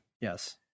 Yes